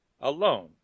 Alone